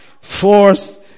force